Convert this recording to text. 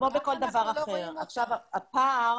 אכ"א